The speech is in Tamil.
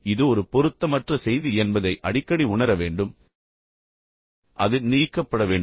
இது ஒரு பொருத்தமற்ற செய்தி என்பதை அடிக்கடி உணர வேண்டும் அது நீக்கப்பட வேண்டும்